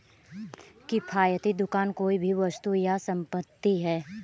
किफ़ायती दुकान कोई भी वस्तु या संपत्ति है